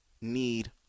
need